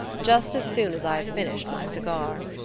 just as soon as i have finished my cigar.